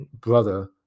brother